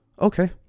okay